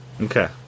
Okay